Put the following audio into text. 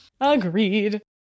Agreed